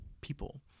people